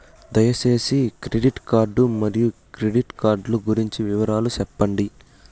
దయసేసి credit card మరియు credit card లు గురించి వివరాలు సెప్పండి?